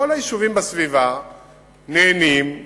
כל היישובים בסביבה נהנים.